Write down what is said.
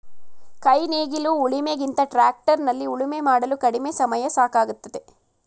ಕೈ ನೇಗಿಲು ಉಳಿಮೆ ಗಿಂತ ಟ್ರ್ಯಾಕ್ಟರ್ ನಲ್ಲಿ ಉಳುಮೆ ಮಾಡಲು ಕಡಿಮೆ ಸಮಯ ಸಾಕಾಗುತ್ತದೆ